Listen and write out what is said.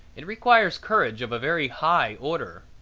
it requires courage of a very high order.